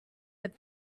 had